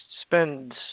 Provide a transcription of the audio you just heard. spend